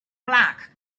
black